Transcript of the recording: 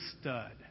stud